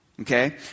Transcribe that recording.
Okay